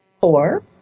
four